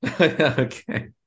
okay